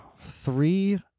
three